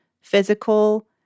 physical